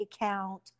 account